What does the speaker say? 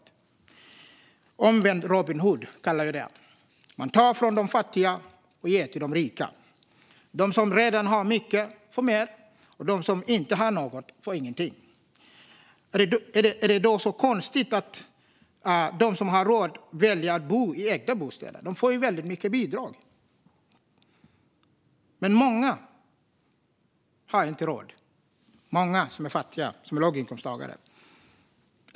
Det blir en omvänd Robin Hood-situation. Man tar från de fattiga och ger till de rika! De som redan har mycket får mer. De som inte har något får ingenting. Är det då så konstigt att de som har råd väljer att bo i ägda bostäder? De får ju mycket bidrag. Men många fattiga och låginkomsttagare har inte råd.